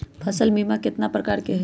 फसल बीमा कतना प्रकार के हई?